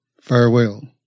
Farewell